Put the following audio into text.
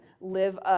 live